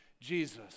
Jesus